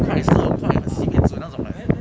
快 serve 快 sibeh 筑那种 liddat